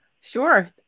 sure